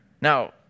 Now